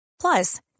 Plus